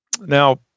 now